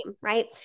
right